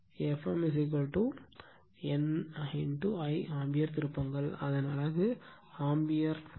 Fm N I ampere திருப்பங்கள் அதன் அலகு ஆம்பியர் டர்ன்